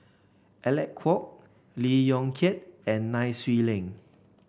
Alec Kuok Lee Yong Kiat and Nai Swee Leng